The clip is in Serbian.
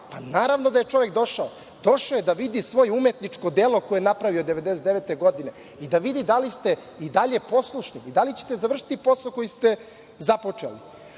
Pa, naravno da je čovek došao. Došao je da vidi svoje umetničko delo koje je napravio 1999. godine, da vidi da li ste i dalje poslušni, da li ćete završiti posao koji ste započeli.S